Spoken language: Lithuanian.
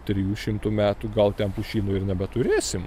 trijų šimtų metų gal ten pušyno ir nebeturėsim